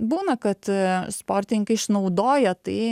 būna kad sportininkai išnaudoja tai